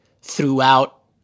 throughout